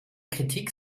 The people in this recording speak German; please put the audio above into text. kritik